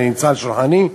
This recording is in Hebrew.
זה נמצא על שולחני,